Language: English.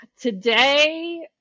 Today